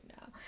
now